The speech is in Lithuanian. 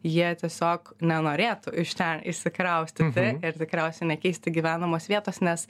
jie tiesiog nenorėtų iš ten išsikraustyti ir tikriausiai nekeisti gyvenamos vietos nes